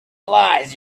lies